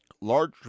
large